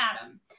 Adam